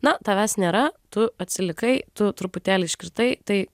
na tavęs nėra tu atsilikai tu truputėlį iškirtai tai